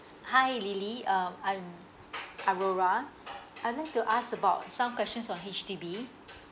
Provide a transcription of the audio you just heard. hi lily um I'm alora I'd like to ask about some questions on H_D_B